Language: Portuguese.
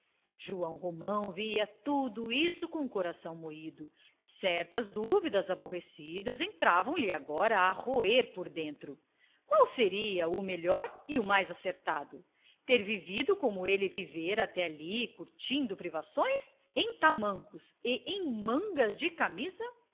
joão romão via tudo isto com o coração moído certas dúvidas aborrecidas entravam lhe agora a roer por dentro qual seria o melhor e o mais acertado ter vivido como ele vivera até ali curtindo privações em tamancos e mangas de camisa